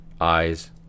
eyes